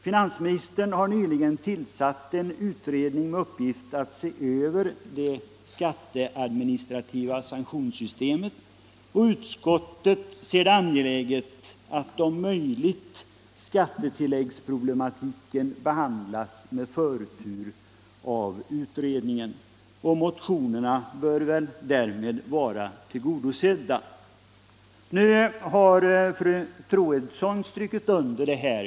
Finansministern har nyligen tillsatt en utredning med uppgift att se över det skatteadministrativa sanktionssystemet, och utskottet anser det angeläget att om möjligt skattetilläggsproblematiken behandlas med förtur av utredningen. Motionerna bör därmed vara tillgodosedda. Nu har fru Troedsson här strukit under detta.